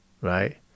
Right